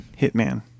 Hitman